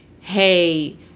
hey